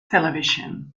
television